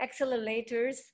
accelerators